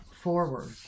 forward